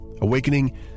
Awakening